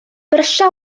brysia